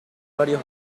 varios